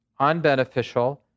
unbeneficial